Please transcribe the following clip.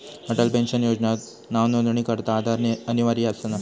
Atal pension योजनात नावनोंदणीकरता आधार अनिवार्य नसा